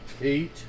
Eight